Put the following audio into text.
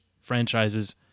franchises